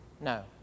No